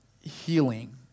healing